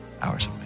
hours